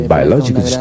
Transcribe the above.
Biological